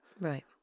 Right